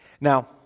Now